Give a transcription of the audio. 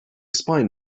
spine